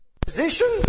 position